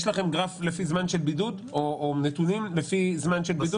יש לכם גרף לפי זמן של בידוד או נתונים לפי זמן של בידוד?